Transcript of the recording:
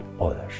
others